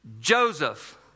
Joseph